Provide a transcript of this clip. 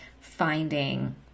finding